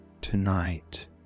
tonight